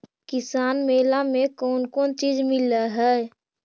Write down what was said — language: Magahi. किसान मेला मे कोन कोन चिज मिलै है?